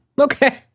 Okay